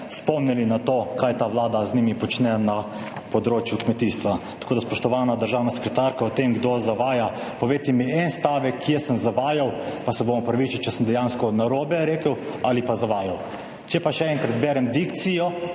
spomnili na to, kaj ta vlada z njimi počne na področju kmetijstva. Spoštovana državna sekretarka, o tem, kdo zavaja, povejte mi en stavek, kje sem zavajal, pa se bom opravičil, če sem dejansko narobe rekel ali pa zavajal. Če pa še enkrat berem dikcijo